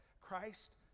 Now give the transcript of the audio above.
Christ